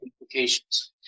implications